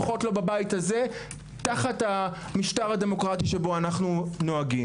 לפחות לא בבית הזה תחת המשטר הדמוקרטי שבו אנו נוהגים.